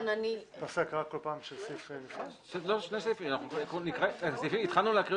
על אף האמור בסעיף 107 לחוק התכנון והבנייה